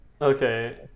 okay